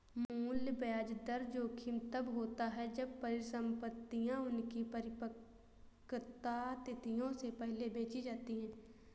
मूल्य ब्याज दर जोखिम तब होता है जब परिसंपतियाँ उनकी परिपक्वता तिथियों से पहले बेची जाती है